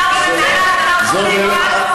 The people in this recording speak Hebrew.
אתה שר בממשלת ישראל, זו באמת,